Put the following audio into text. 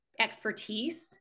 expertise